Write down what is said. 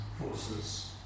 forces